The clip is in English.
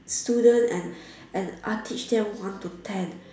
student and and uh teach them one to ten